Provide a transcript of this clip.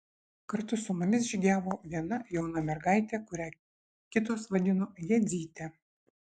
kartu su mumis žygiavo viena jauna mergaitė kurią kitos vadino jadzyte